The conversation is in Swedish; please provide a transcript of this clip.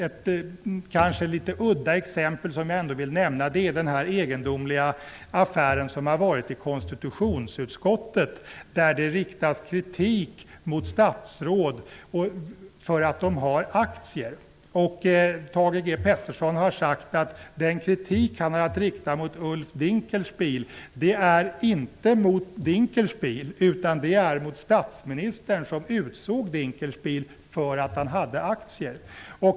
Ett kanske litet udda exempel som jag ändå vill nämna är den egendomliga affär som har varit i konstitutionsutskottet där det riktas kritik mot statsråd för att de har aktier. Thage G Peterson har sagt att den kritik han har att rikta mot Ulf Dinkelspiel egentligen inte riktar sig mot Dinkelspiel utan mot statsministern som utsåg honom trots att han hade aktier.